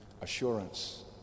assurance